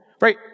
right